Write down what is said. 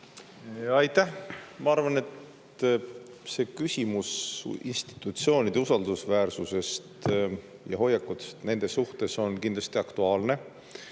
Aitäh! Ma arvan, et see küsimus institutsioonide usaldusväärsusest ja hoiakud nende suhtes on kindlasti aktuaalsed.